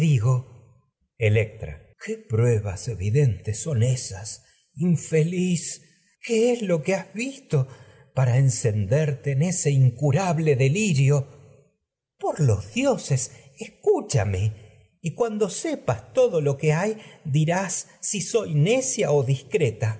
para electra qué pruebas evidentes qué ble es son ésas infeliz incura lo que has visto para encenderte en ese delirio los crisótemis por dioses escúchame y cuando sepas todo lo que hay dirás si soy necia o discreta